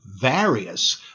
various